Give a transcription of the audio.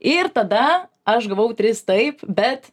ir tada aš gavau tris taip bet